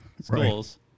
schools